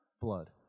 blood